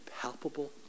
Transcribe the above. palpable